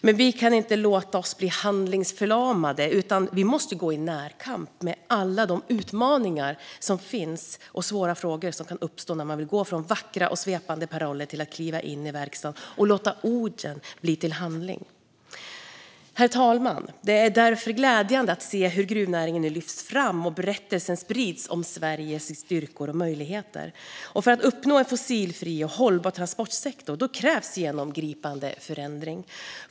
Men vi kan inte låta oss bli handlingsförlamade utan måste gå i närkamp med alla utmaningar som finns och svåra frågor som kan uppstå när man vill gå från vackra och svepande paroller till att kliva in i verkstaden och låta orden bli till handling. Herr talman! Det är glädjande att se att gruvnäringen nu lyfts fram och att berättelsen sprids om Sveriges styrkor och möjligheter. För att vi ska uppnå en fossilfri och hållbar transportsektor krävs det genomgripande förändring.